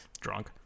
Drunk